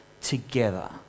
together